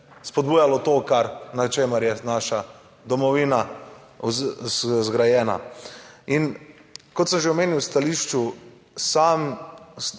spodbujalo to, kar, na čemer je naša domovina zgrajena. In kot sem že omenil v stališču,